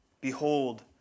Behold